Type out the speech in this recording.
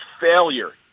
failure